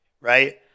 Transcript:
right